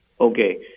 Okay